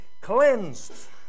cleansed